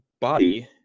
body